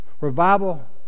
Revival